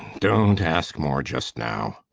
don't ask more just now.